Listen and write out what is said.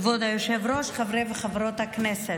כבוד היושב-ראש, חברי וחברות הכנסת,